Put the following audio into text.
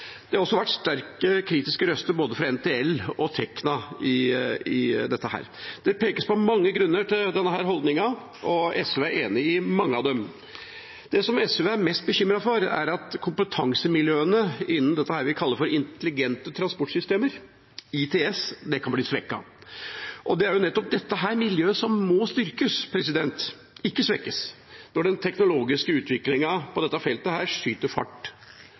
Det har også vært sterke kritiske røster fra både NTL og Tekna i dette. Det pekes på mange grunner til denne holdningen, og SV er enig i mange av dem. Det SV er mest bekymret for, er at kompetansemiljøene innen dette vi kaller intelligente transportsystemer, ITS, kan bli svekket. Det er nettopp dette miljøet som må styrkes, ikke svekkes, når den teknologiske utviklingen på dette feltet skyter fart.